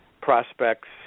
prospects